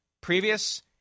previous